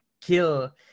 kill